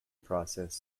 process